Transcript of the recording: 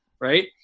right